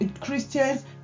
Christians